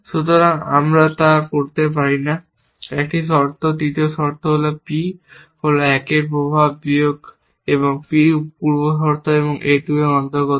সুতরাং আমরা তা করতে পারি না একটি শর্ত হল তৃতীয় শর্ত হল P হল 1 এর প্রভাব বিয়োগ এবং P পূর্বশর্ত a 2 এর অন্তর্গত